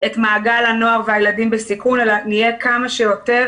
את מעגל הנוער והילדים בסיכון אלא נהיה כמה שיותר